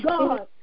God